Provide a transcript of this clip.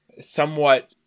somewhat